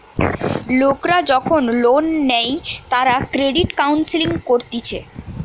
লোকরা যখন লোন নেই তারা ক্রেডিট কাউন্সেলিং করতিছে